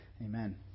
Amen